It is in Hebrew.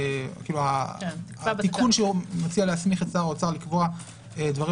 כיוון שהתיקון שהוא מציע להסמיך את שר האוצר לקבוע דברים